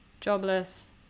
jobless